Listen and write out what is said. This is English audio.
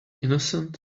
innocent